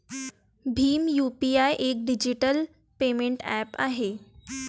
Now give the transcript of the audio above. Bhim UPI एक digital payment app आहे